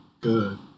good